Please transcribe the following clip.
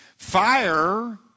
Fire